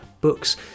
books